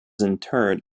interred